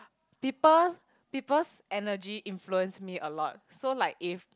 people people's energy influence me a lot so like if